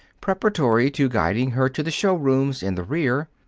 preparatory to guiding her to the showrooms in the rear.